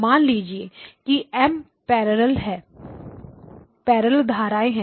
मान लीजिए कि एम M पैरेलल धाराएं हैं